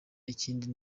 ikindi